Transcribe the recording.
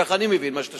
כך אני מבין שאתה שואל.